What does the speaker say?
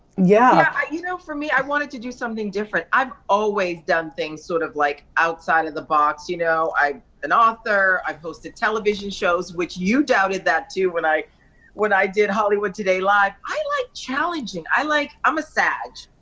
yeah, you know for me, i wanted to do something different, i've always done things sort of like outside of the box, you know, an author, i've hosted television shows, which you doubted that too, when i when i did hollywood today live. i like challenging, i like, i'm a sage,